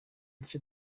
duce